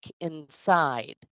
inside